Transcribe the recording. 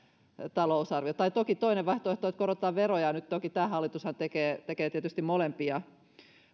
talousarviota toki toinen vaihtoehto on että korotetaan veroja ja nyt tämä hallitushan tekee tekee tietysti molempia